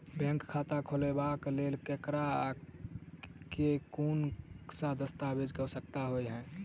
Bank खाता खोलबाबै केँ लेल केतना आ केँ कुन सा दस्तावेज केँ आवश्यकता होइ है?